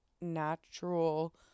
natural